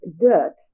dirt